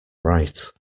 right